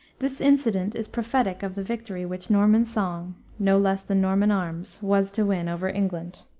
this incident is prophetic of the victory which norman song, no less than norman arms, was to win over england.